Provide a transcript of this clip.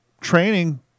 training